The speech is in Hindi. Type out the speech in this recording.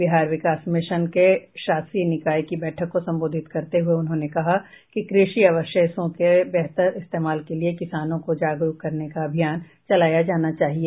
बिहार विकास मिशन के शासी निकाय की बैठक को संबोधित करते हुए उन्होंने कहा कि कृषि अवशेषों के बेहतर इस्तेमाल के लिए किसानों को जागरूक करने का अभियान चलाया जाना चाहिए